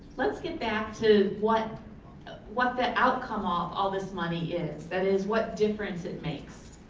let's get back to what what the outcome of all this money is. that is what difference it makes.